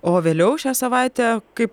o vėliau šią savaitę kaip